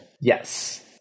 Yes